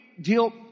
deal